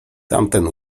tamten